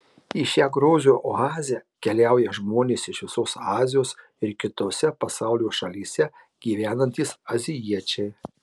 į šią grožio oazę keliauja žmonės iš visos azijos ir kitose pasaulio šalyse gyvenantys azijiečiai